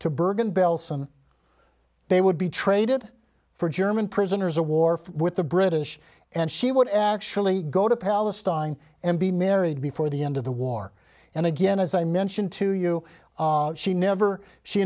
belsen they would be traded for german prisoners of war with the british and she would actually go to palestine and be married before the end of the war and again as i mentioned to you she never she